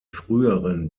früheren